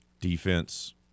defense